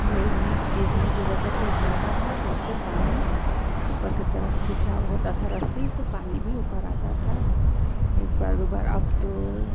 घिरनी गिरनी जो रहता था वो घूमता था तो उससे पानी ऊपर के तरफ खिंचाव होता था रस्सी तो पानी भी ऊपर आता था एक बार दो बार अब तो